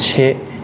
से